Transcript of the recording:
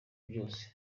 byose